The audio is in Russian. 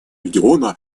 региона